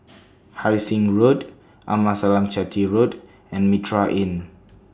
Hai Sing Road Amasalam Chetty Road and Mitraa Inn